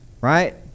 right